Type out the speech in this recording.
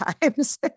times